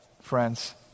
friends